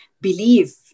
believe